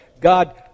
God